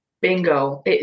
Bingo